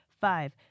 five